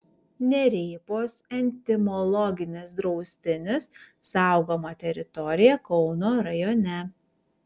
nerėpos entomologinis draustinis saugoma teritorija kauno rajone